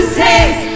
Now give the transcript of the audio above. says